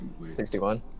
61